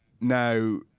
now